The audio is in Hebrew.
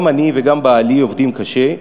גם אני וגם בעלי עובדים קשה,